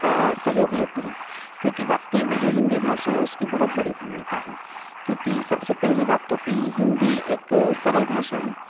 का सहयोग लेते हैं क्योंकि वाकई में जो हिन्दी भाषा है उसकी बहुत बाड़ी भूमिका है क्योंकि सबसे पहली बात तो की हिन्दी एक सरल भाषा है